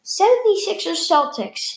76ers-Celtics